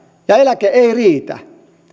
ja eläke ei riitä